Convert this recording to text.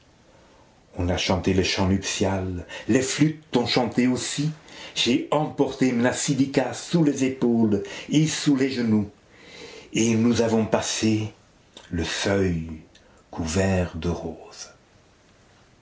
on a chanté le chant nuptial les flûtes ont chanté aussi j'ai emporté mnasidika sous les épaules et sous les genoux et nous avons passé le seuil couvert de roses